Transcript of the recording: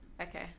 okay